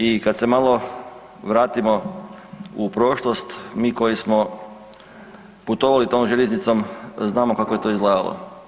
I kad se malo vratimo u prošlost mi koji smo putovali tom željeznicom znamo kako je to izgledalo.